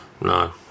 No